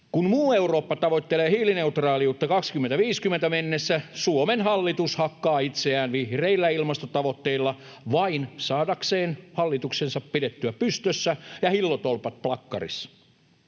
Kun muu Eurooppa tavoittelee hiilineutraaliutta vuoteen 2050 mennessä, Suomen hallitus hakkaa itseään vihreillä ilmastotavoitteilla vain saadakseen hallituksensa pidettyä pystyssä ja hillotolpat plakkarissa.